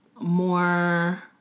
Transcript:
more